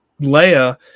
Leia